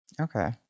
Okay